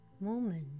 moment